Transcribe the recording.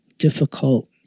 difficult